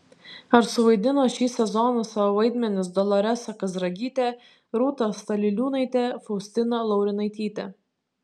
ar suvaidino šį sezoną savo vaidmenis doloresa kazragytė rūta staliliūnaitė faustina laurinaitytė